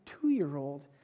two-year-old